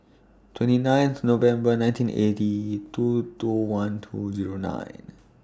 twenty ninth November nineteen eighty two two one two Zero nine